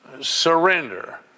surrender